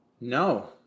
No